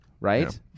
right